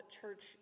Church